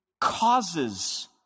causes